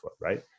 right